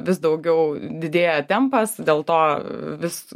vis daugiau didėja tempas dėl to vis